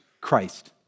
Christ